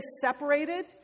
separated